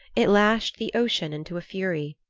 it lashed the ocean into a fury.